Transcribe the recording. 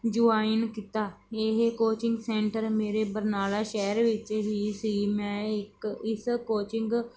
join ਕੀਤਾ ਇਹ coaching centre ਮੇਰੇ ਬਰਨਾਲਾ ਸ਼ਹਿਰ ਵਿੱਚ ਹੀ ਸੀ ਮੈਂ ਇੱਕ ਇਸ ਕੋਚਿੰਗ